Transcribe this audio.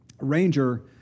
ranger